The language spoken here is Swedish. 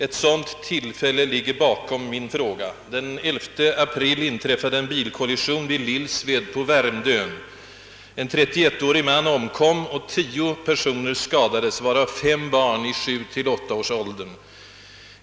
Ett sådant tillfälle ligger bakom min fråga. Den 11 april inträffade en bilkollision vid Lillsved på Värmdön. En 31 årig man omkom och tio personer skadades, varav fem barn i sju—åttaårsåldern.